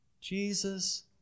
Jesus